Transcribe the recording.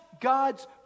God's